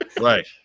Right